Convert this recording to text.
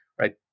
right